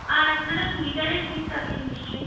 আর আপনারা চুড়িদারের পিস রাখেন নিশ্চয়ই